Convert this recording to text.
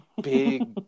big